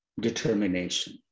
determination